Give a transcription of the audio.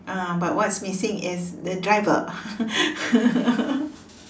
ah but what's missing is the driver